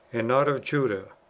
and not of judah,